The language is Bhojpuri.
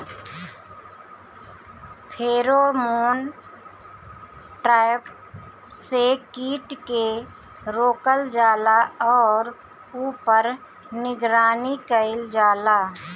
फेरोमोन ट्रैप से कीट के रोकल जाला और ऊपर निगरानी कइल जाला?